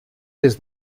des